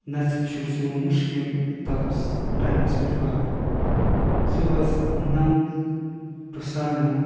نَتہٕ چھُ سون مُشکِل توٚتَس ٹایمَس پیٚٹھ واتُن صُبحَس نَو ٹُہ ساڑٕ نَو